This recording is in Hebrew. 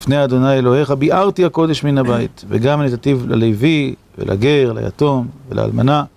לפני ה' אלוהיך ביערתי הקודש מן הבית, וגם נתתיו ללוי ולגר, ליתום ולאלמנה